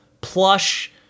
plush